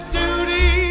duty